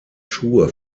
schuhe